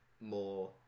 More